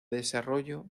desarrollo